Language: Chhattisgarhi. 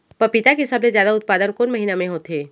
पपीता के सबले जादा उत्पादन कोन महीना में होथे?